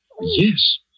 Yes